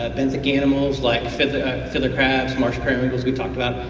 benthic animals like fiddler fiddler crabs, marsh periwinkles we talked about.